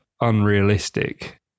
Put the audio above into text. unrealistic